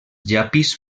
llapis